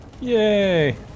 Yay